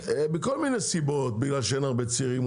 מכל מיני סיבות אולי בגלל שאין הרבה צעירים,